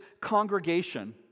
congregation